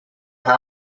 half